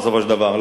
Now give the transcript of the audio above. בסופו של דבר.